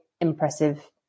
impressive